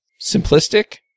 simplistic